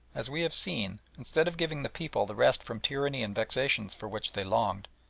as we have seen, instead of giving the people the rest from tyranny and vexations for which they longed,